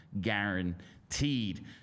guaranteed